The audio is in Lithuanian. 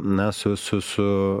na su su su